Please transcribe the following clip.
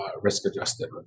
risk-adjusted